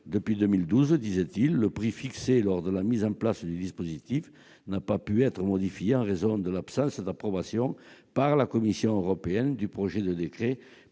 depuis 2012, le prix, fixé lors de la mise en place du dispositif, n'a pas pu être modifié en raison de l'absence d'approbation, par la Commission européenne, du projet de décret